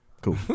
Cool